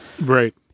right